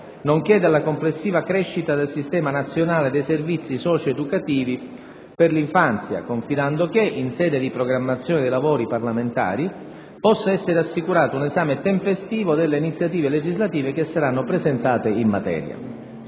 nonché della complessiva crescita del sistema nazionale dei servizi socio-educativi per l'infanzia, confidando che, in sede di programmazione dei lavori parlamentari, possa essere assicurato un esame tempestivo delle iniziative legislative che saranno presentate in materia.